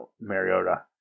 Mariota